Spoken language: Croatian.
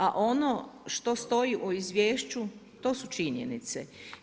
A ono što stoji u izvješću, to su činjenicu.